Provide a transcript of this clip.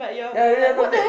yeah yeah no meet